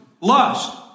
Lust